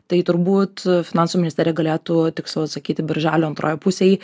tai turbūt finansų ministerija galėtų tiksliau atsakyti birželio antroj pusėj